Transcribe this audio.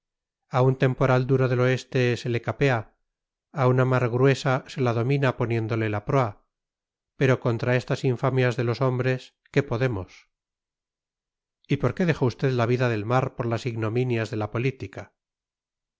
a un temporal duro del oeste se le capea a una mar gruesa se la domina poniéndole la proa pero contra estas infamias de los hombres qué podemos y por qué dejó usted la vida del mar por las ignominias de la política